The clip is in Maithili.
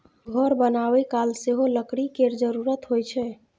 घर बनाबय काल सेहो लकड़ी केर जरुरत होइ छै